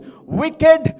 wicked